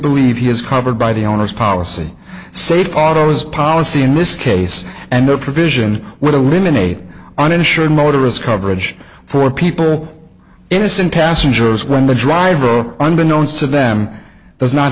believe he is covered by the owner's policy safe autos policy in this case and the provision would eliminate uninsured motorist coverage for people innocent passengers when the driver unbeknownst to them does not